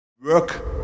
Work